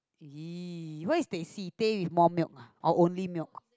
!eee! what is teh-c with more milk or only milk